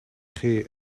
chi